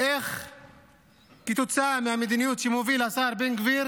איך כתוצאה מהמדיניות שמוביל השר בן גביר